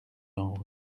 langue